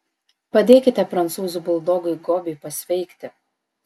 padėkite prancūzų buldogui gobiui pasveikti